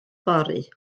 fory